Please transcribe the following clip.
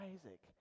Isaac